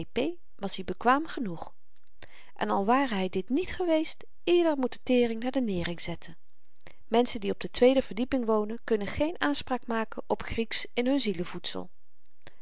was-i bekwaam genoeg en al ware hy dit niet geweest ieder moet de tering naar de nering zetten menschen die op de tweede verdieping wonen kunnen geen aanspraak maken op grieksch in hun